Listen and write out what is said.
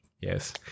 Yes